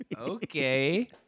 Okay